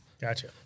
Gotcha